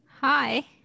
hi